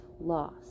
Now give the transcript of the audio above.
loss